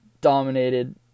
dominated